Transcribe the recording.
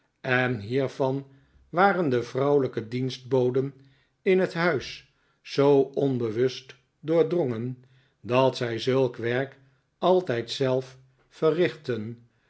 en hiervan waren de vrouwelijke dienstboden in het huis zoo onbewust doordrongen dat zij zulk werk altijd zelf verrichtten